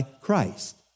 Christ